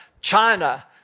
China